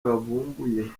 wavumbuye